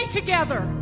together